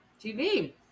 TV